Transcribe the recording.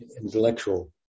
intellectual